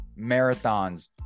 marathons